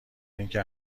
اینکه